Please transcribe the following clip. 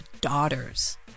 daughters